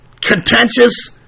contentious